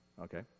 Okay